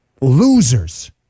Losers